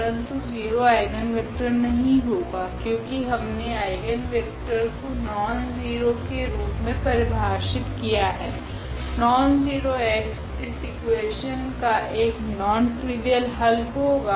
परंतु 0 आइगनवेक्टर नहीं होगा क्योकि हमने आइगनवेक्टर को नॉनज़ीरो के रूप मे परिभाषित किया है नॉनज़ीरो x इस इकुवेशन का एक नॉन ट्रिवियल हल होगा